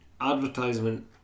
advertisement